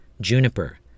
Juniper